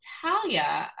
Talia